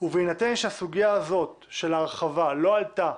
ובהינתן שהסוגיה הזאת של ההרחבה לא עלתה,